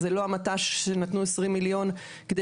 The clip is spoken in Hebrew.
אז זה לא המט"ש שנתנו עשרים מיליון כדי